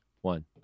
One